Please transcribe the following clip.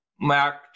marked